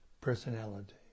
personality